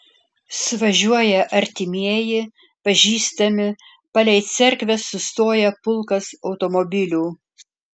suvažiuoja artimieji pažįstami palei cerkvę sustoja pulkas automobilių